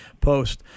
post